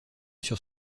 sur